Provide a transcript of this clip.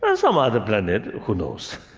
ah some other planet who knows?